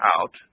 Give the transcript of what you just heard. out